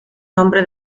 nombre